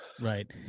right